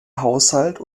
haushalt